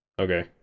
Okay